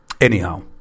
anyhow